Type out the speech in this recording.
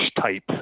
type